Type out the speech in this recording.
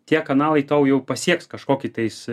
tie kanalai tau jau pasieks kažkokį tais